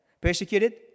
persecuted